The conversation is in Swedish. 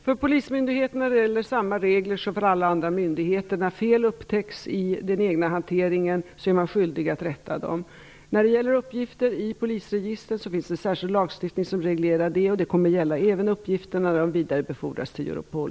Herr talman! För polismyndigheterna gäller samma regler som för alla andra myndigheter. När fel upptäcks i den egna hanteringen är man skyldig att rätta dem. När det gäller uppgifter i polisregistret finns det en särskild lagstiftning som reglerar det, och det kommer även att gälla när uppgifterna vidarebefordras till Europol.